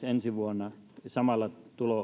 ensi vuonna ja samalla tuloerot